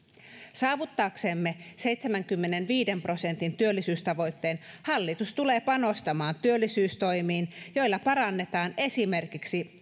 saavuttaaksemme seitsemänkymmenenviiden prosentin työllisyystavoitteen hallitus tulee panostamaan työllisyystoimiin joilla parannetaan esimerkiksi